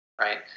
Right